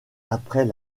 après